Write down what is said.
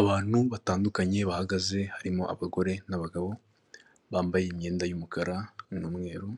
Abantu batandukanye bahagaze, harimo abagore n'abagabo bambaye imyenda y'umukara n'umweru,